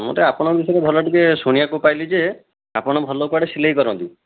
ମୁଁ ତ ଆପଣଙ୍କ ବିଷୟରେ ଭଲ ଟିକିଏ ଶୁଣିବାକୁ ପାଇଲି ଯେ ଆପଣ ଭଲ କୁଆଡ଼େ ସିଲେଇ କରନ୍ତି